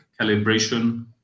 calibration